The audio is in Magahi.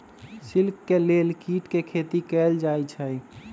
सिल्क के लेल कीट के खेती कएल जाई छई